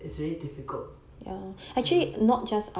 it's really difficult time